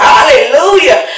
Hallelujah